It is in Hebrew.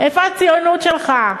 איפה הציונות שלך?